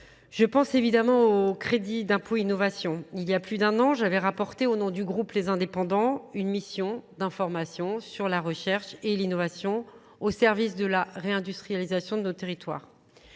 Je pense évidemment au crédit d'impôt innovation. Il y a plus d'un an, j'avais rapporté au nom du groupe Les Indépendants une mission d'information sur la recherche et l'innovation au service de la réindustrialisation de nos territoires.